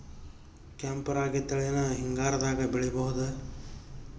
ಕೆಂಪ ರಾಗಿ ತಳಿನ ಹಿಂಗಾರದಾಗ ಬೆಳಿಬಹುದ?